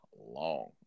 long